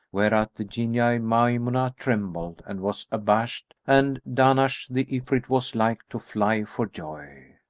whereat the jinniyah maymunah trembled and was abashed and dahnash, the ifrit, was like to fly for joy.